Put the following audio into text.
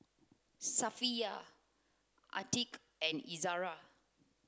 Safiya Atiqah and Izara